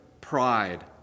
pride